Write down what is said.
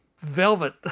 velvet